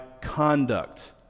conduct